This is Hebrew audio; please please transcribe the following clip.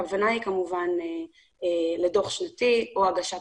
הכוונה היא כמובן לדוח שנתי או הגשת